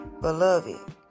beloved